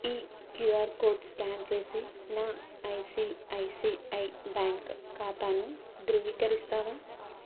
ఈ QR code scan చేసి నా ఐసిఐసిఐ బ్యాంక్ ఖాతాను ధృవీకరిస్తావా